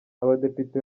abadepite